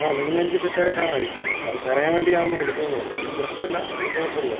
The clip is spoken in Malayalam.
ആ നിങ്ങളെനിക്ക് തെറ്റായിട്ടാണ് അയച്ചു തന്നത് അത് പറയാൻ വേണ്ടിയാണ് വിളിച്ചതെന്ന് തോന്നുന്നു എനിക്ക് പ്രശ്നമില്ല കുഴപ്പമില്ല